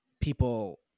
people